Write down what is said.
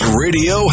radio